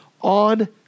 on